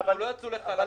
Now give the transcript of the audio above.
שם ודאי אסור לכם לגעת,